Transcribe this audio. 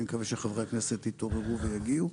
אני מקווה שחברי הכנסת יתעוררו ויגיעו.